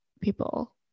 people